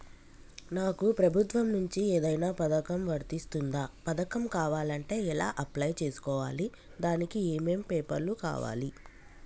నాకు ప్రభుత్వం నుంచి ఏదైనా పథకం వర్తిస్తుందా? పథకం కావాలంటే ఎలా అప్లై చేసుకోవాలి? దానికి ఏమేం పేపర్లు కావాలి?